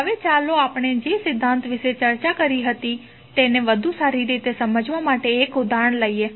હવે ચાલો આપણે જે સિદ્ધાંત વિશે ચર્ચા કરી હતી તેને વધુ સારી રીતે સમજવા માટે એક ઉદાહરણ લઈએ